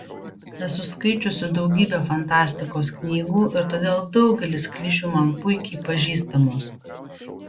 esu skaičiusi daugybę fantastikos knygų ir todėl daugelis klišių man puikiai pažįstamos